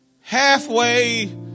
halfway